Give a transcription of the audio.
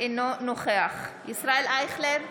אינו נוכח ישראל אייכלר,